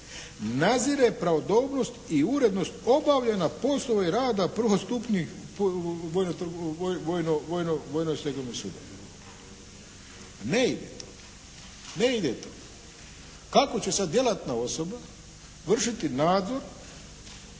nadzire pravodobnost i urednost obavljena poslova i rada prvostupnih vojno-stegovnih sudova. Ne ide to! Ne ide to! Kako će sad djelatna osoba vršiti nadzor